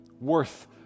worth